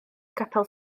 capel